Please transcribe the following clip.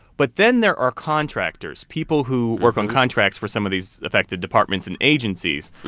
but then there are contractors, people who work on contracts for some of these affected departments and agencies,